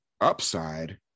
upside